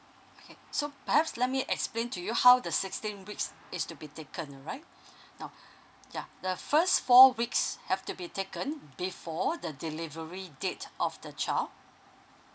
okay so perhaps let me explain to you how the sixteen weeks is to be taken alright now yeah the first four weeks have to be taken before the delivery date of the child